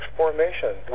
formation